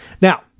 now